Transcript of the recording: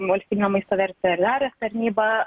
valstybinio maisto verserere tarnyba